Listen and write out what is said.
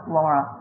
Laura